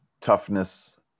toughness